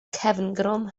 cefngrwm